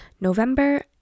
november